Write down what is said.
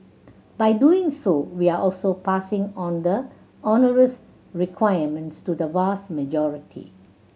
by doing so we are also passing on the onerous requirements to the vast majority